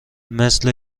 مثل